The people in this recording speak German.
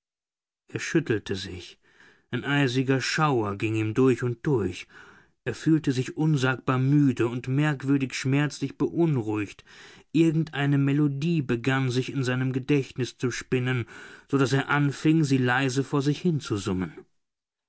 er schüttelte sich ein eisiger schauer ging ihm durch und durch er fühlte sich unsagbar müde und merkwürdig schmerzlich beunruhigt irgendeine melodie begann sich in seinem gedächtnis zu spinnen so daß er anfing sie leise vor sich hinzusummen